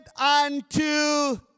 unto